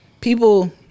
people